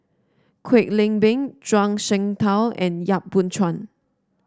Kwek Leng Beng Zhuang Shengtao and Yap Boon Chuan